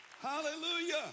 Hallelujah